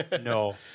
No